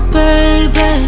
baby